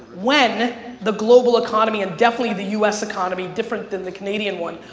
when the global economy and definitely, the us economy, different than the canadian one,